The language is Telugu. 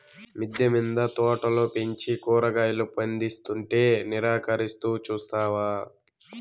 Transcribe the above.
మిద్దె మింద తోటలు పెంచి కూరగాయలు పందిస్తుంటే నిరాకరిస్తూ చూస్తావా